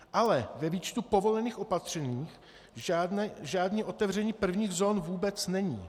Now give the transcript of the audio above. Ale ve výčtu povolených opatření žádné otevření prvních zón vůbec není.